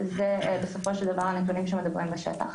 זה בסופו של דבר הנתונים שמדברים בשטח.